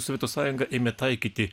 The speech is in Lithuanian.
sovietų sąjunga ėmė taikyti